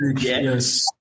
Yes